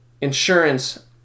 insurance